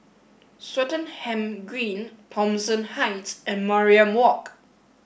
Swettenham Green Thomson Heights and Mariam Walk